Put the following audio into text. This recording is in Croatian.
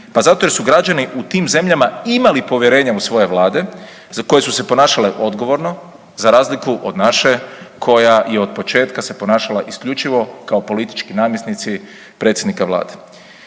Pa zato jer su građani u tim zemljama imali povjerenja u svoje vlade za koje su se ponašale odgovorno za razliku od naše koja je otpočetka se ponašala isključivo kao politički namjesnici predsjednika vlade.